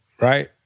right